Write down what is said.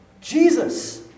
Jesus